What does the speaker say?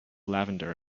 lavender